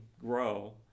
grow